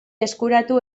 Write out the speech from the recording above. eskuratu